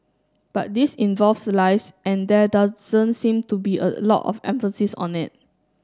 but this involves lives and there doesn't seem to be a lot of emphasis on it